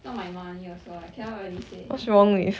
not my money also lah I cannot really say anything